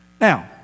Now